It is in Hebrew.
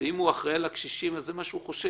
אם הוא אחראי על הקשישים, זה מה שהוא חושב.